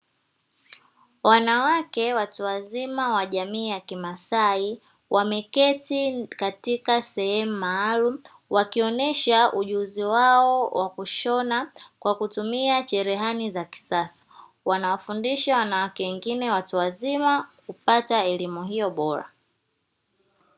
Wanawake watu wazima wa jamii ya kimasai wameketi katika sehemu maalumu, wakionyesha ujuzi wao wa kushona kwa kutumia cherehani za kisasa. Wana wafundisha wanawake wengine watu wazima kupata elimu hiyo bora.